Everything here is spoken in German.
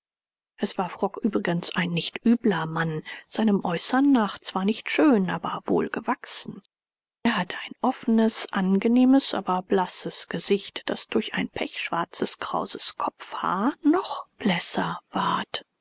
es war frock übrigens ein nicht übler mann seinem äußern nach zwar nicht schön aber wohlgewachsen er hatte ein offenes angenehmes aber blasses gesicht das durch ein pechschwarzes krauses kopfhaar noch blässer ward